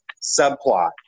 subplot